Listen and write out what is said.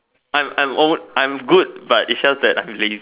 I'm I'm own I'm good but it's just that I'm lazy